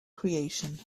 creation